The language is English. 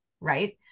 right